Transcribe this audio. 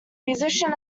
musician